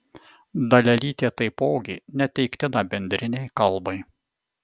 dalelytė taipogi neteiktina bendrinei kalbai